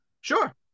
Sure